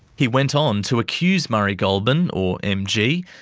he went on to accuse murray goulburn, or mg,